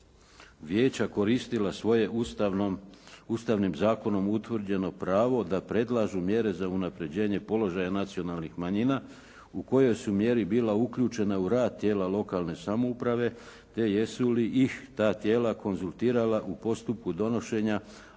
vijeća koristila svojim ustavnim zakonom utvrđeno pravo da predlažu mjere za unaprjeđenje položaja nacionalnih manjina u kojoj su mjeri bila uključena u rad tijela lokalne samouprave te jesu li ih ta tijela konzultirala u postupku donošenja